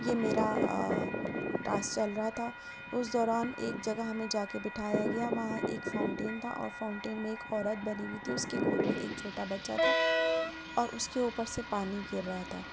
یہ میرا ٹاسک چل رہا تھا اس دوران ایک جگہ ہمیں جا کے بٹھایا گیا وہاں ایک فاؤنٹین تھا اور فاؤنٹین میں ایک عورت بنی ہوئی تھی اس کی گود میں ایک چھوٹا بچہ تھا اور اس کے اوپر سے پانی گر رہا تھا